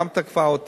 גם תקפה אותי.